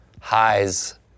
highs